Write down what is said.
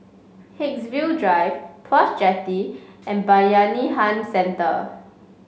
Haigsville Drive Tuas Jetty and Bayanihan Centre